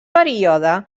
període